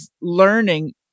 learning